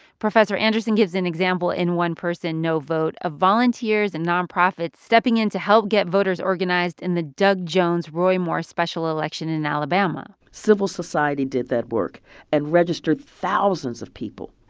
professor anderson gives an example in one person, no vote of volunteers and nonprofits stepping in to help get voters organized in the doug jones-roy moore special election in alabama civil society did that work and registered thousands of people.